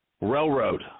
railroad